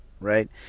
right